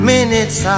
Minutes